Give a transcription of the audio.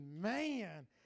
Man